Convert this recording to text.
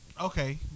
Okay